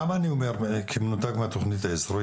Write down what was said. למה אני אומר כמנותק מהתוכנית האזורית?